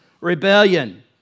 rebellion